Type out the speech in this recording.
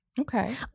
Okay